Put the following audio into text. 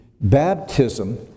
Baptism